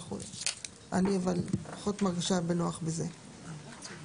אבל אני פחות מרגישה בנוח עם זה.